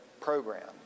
program